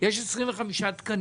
יש 25 תקנים,